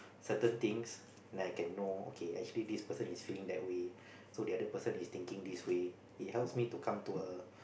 certain things then I can know okay actually this person is feeling that way so the other person is thinking this way it helps me to come to a